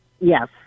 Yes